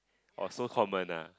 oh so common nah